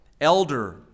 elder